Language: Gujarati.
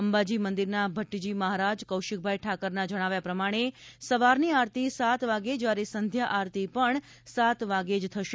અંબાજી મંદિરના ભટ્ટજી મહારાજ કૌશિકભાઇ ઠાકરના જણાવ્યા પ્રમાણે સવારની આરતી સાત વાગ્યે જયારે સંધ્યા આરતી પણ સાત વાગ્યે જ થશે